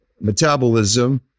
metabolism